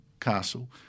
castle